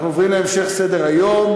אנחנו עוברים להמשך סדר-היום.